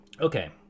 Okay